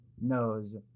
knows